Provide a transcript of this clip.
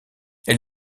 elle